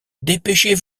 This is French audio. dépêchez